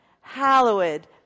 hallowed